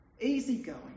easygoing